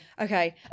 Okay